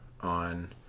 on